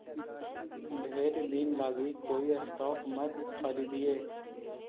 ढेर दिन लागी कोई स्टॉक मत खारीदिहें